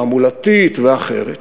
תעמולתית ואחרת,